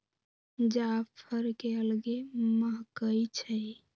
जाफर के अलगे महकइ छइ